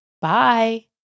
Bye